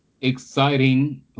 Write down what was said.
exciting